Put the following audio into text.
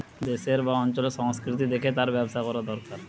দেশের বা অঞ্চলের সংস্কৃতি দেখে তার ব্যবসা কোরা দোরকার